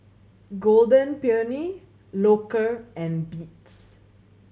Golden Peony Loacker and Beats